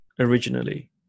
originally